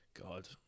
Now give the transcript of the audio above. God